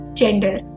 gender